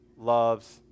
loves